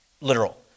literal